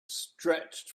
stretched